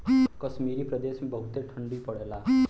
कश्मीर प्रदेस मे बहुते ठंडी पड़ेला